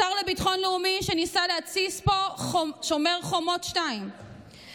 לביטחון לאומי שניסה להתסיס פה שומר חומות 2,